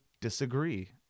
disagree